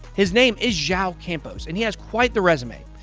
his name is joao campos and he has quite the resume.